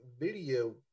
video